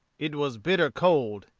it was bitter cold,